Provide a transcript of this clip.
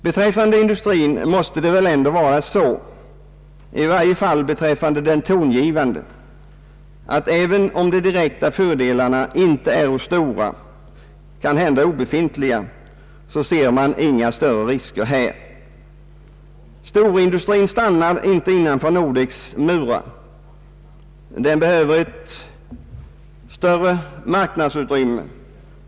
Beträffande industrin måste det väl ändå vara så, i varje fall beträffande den tongivande, att även om de direkta fördelarna inte är stora utan kanske obefintliga så ser man inga större risker här. Storindustrin stannar inte innanför Nordeks murar. Den behöver ett större marknadsutrymme.